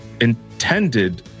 intended